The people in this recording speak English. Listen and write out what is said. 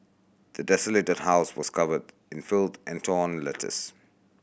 the desolated house was covered in filth and torn letters